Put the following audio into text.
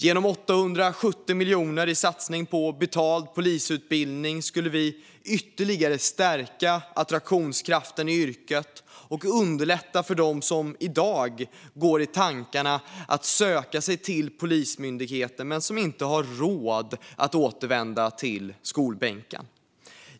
Genom 870 miljoner i satsning på betald polisutbildning skulle vi ytterligare stärka attraktionskraften i yrket och underlätta för dem som i dag går i tankar att söka sig till Polismyndigheten men som inte har råd att återvända till skolbänken.